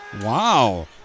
Wow